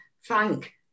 Frank